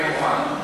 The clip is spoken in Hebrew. אני מוכן.